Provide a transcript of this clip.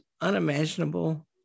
unimaginable